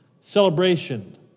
celebration